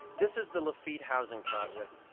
this is the lafitte housing project.